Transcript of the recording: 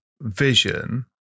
vision